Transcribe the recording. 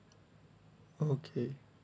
okay